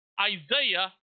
Isaiah